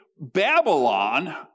Babylon